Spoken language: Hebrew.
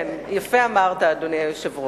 כן, יפה אמרת, אדוני היושב-ראש,